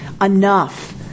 enough